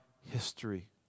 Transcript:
history